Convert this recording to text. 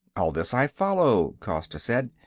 all this i follow, costa said,